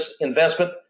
investment